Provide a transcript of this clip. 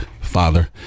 father